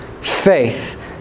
faith